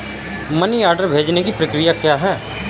Money order भेजने की प्रक्रिया क्या है?